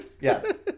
Yes